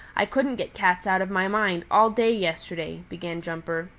i couldn't get cats out of my mind all day yesterday, began jumper.